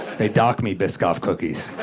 they dock me biscoff cookies.